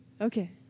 Okay